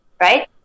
right